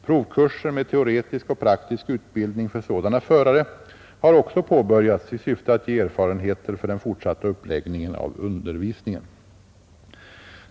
Provkurser med teoretisk och praktisk utbildning för sådana förare har också påbörjats i syfte att ge erfarenheter för den fortsatta uppläggningen av undervisningen.